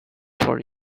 for